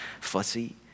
fussy